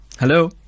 Hello